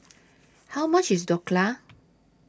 How much IS Dhokla